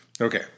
Okay